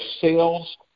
sales